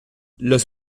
los